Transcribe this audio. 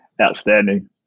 Outstanding